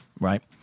right